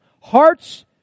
Hearts